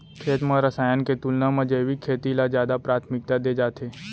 खेत मा रसायन के तुलना मा जैविक खेती ला जादा प्राथमिकता दे जाथे